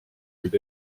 kuid